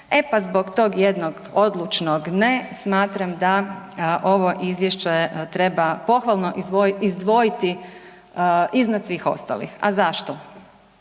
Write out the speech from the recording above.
e pa zbog tog jednog odlučnog ne, smatram da ovo izvješće treba pohvalno izdvojiti iznad svih ostalih. A zašto?